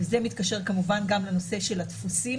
וזה מתקשר כמובן גם לנושא של התפוסים